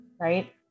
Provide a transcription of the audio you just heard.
right